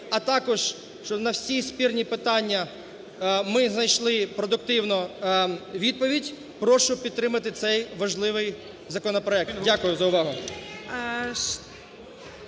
а також на всі спірні питання ми знайшли продуктивну відповідь, прошу підтримати цей важливий законопроект. Дякую за увагу.